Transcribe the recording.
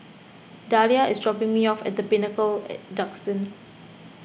Dalia is dropping me off at the Pinnacle at Duxton